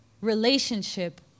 relationship